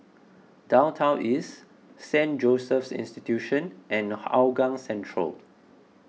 Downtown East Saint Joseph's Institution and Hougang Central